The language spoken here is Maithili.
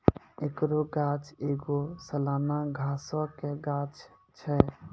एकरो गाछ एगो सलाना घासो के गाछ छै